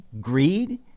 greed